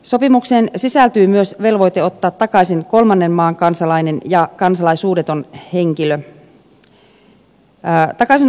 sopimukseen sisältyy myös velvoite ottaa takaisin kolmannen maan kansalainen ja kansalaisuudeton henkilö